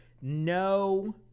no